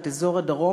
את אזור הדרום,